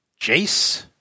Jace